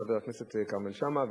חבר הכנסת כרמל שאמה.